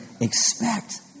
expect